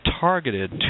targeted